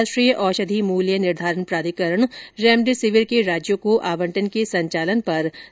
राष्ट्रीय औषधि मूल्य निर्धारण प्राधिकरण रेमडेसिविर के राज्यों को आवंटन के संचालन पर निगरानी रखेगा